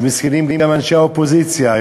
אז מסכנים גם אנשי האופוזיציה.